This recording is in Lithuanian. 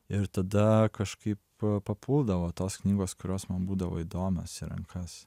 ir tada kažkaip papuldavo tos knygos kurios man būdavo įdomios į rankas